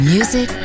Music